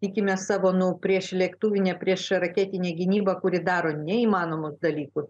tikime savo priešlėktuvine priešraketine gynyba kuri daro neįmanomus dalykus